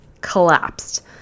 collapsed